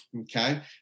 Okay